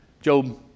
Job